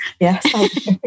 Yes